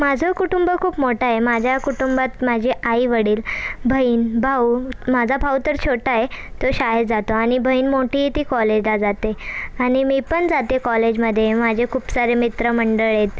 माझं कुटुंब खूप मोठं आहे माझ्या कुटुंबात माझे आई वडील बहीण भाऊ माझा भाऊ तर छोटा आहे तो शाळेत जातो आणि बहीण मोठी ती कॉलेजला जाते आणि मी पण जाते कॉलेजमध्ये माझे खूप सारे मित्रमंडळी आहेत